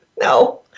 No